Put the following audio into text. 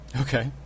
Okay